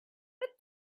but